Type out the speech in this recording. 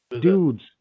Dudes